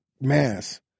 mass